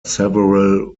several